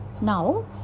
Now